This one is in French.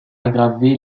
aggravé